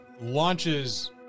launches